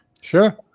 Sure